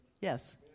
yes